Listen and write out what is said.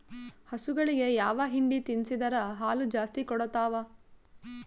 ಹಸುಗಳಿಗೆ ಯಾವ ಹಿಂಡಿ ತಿನ್ಸಿದರ ಹಾಲು ಜಾಸ್ತಿ ಕೊಡತಾವಾ?